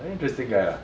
very interesting guy lah